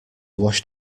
washed